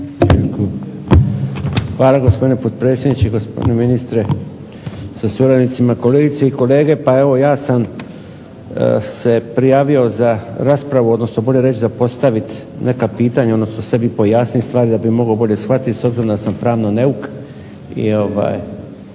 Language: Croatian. Hvala gospodine potpredsjedniče, gospodine ministre sa suradnicima, kolegice i kolege zastupnici. Pa evo ja sam se prijavio za raspravu odnosno bolje reći za postaviti neka pitanje odnosno pojasniti sebi stvari da bi mogao bolje shvatiti s obzirom da sam pravno neuk